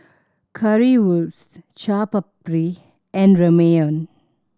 Currywurst Chaat Papri and Ramyeon